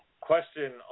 question